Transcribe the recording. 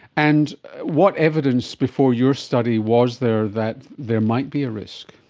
and what evidence before your study was there that there might be a risk?